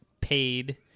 paid